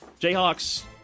Jayhawks